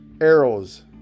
arrows